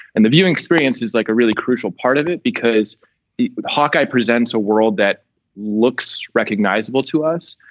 and the viewing experience is like a really crucial part of it, because hawk-eye presents a world that looks recognizable to us.